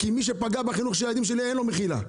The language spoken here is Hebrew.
כי מי שפגע בחינוך הילדים שלי אין לו מחילה.